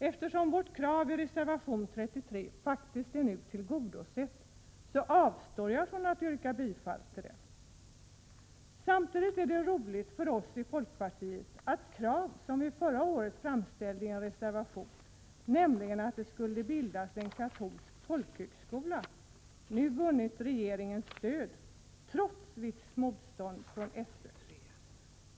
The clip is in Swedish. Eftersom vårt krav i reservation 33 faktiskt nu är tillgodosett, avstår jag från att yrka bifall till den. Samtidigt är det roligt för oss i folkpartiet att det krav som vi förra året framställde i en reservation, att det skulle bildas en katolsk folkhögskola, nu har vunnit regeringens stöd — trots visst motstånd från SÖ:s sida.